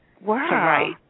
Wow